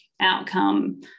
outcome